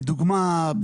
לדוגמה,